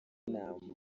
nama